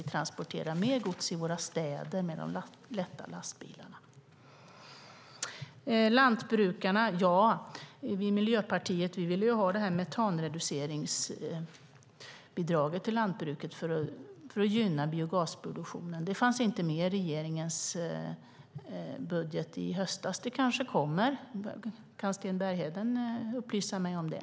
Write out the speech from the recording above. Vi transporterar mer gods i våra städer med de lätta lastbilarna. Lantbrukarna - ja, vi i Miljöpartiet vill ju ha metanreduceringsbidraget till lantbruket för att gynna biogasproduktionen. Det fanns inte med i regeringens budget i höstas, men det kanske kommer. Kan Sten Bergheden upplysa mig om det?